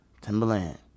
timberland